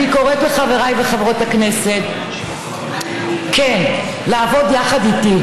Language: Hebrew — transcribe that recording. אני קוראת לחברי וחברות הכנסת כן לעבוד יחד איתי,